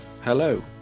Hello